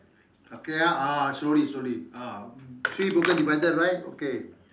okay ah ah slowly slowly ah three broken divider right okay